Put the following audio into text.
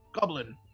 Goblin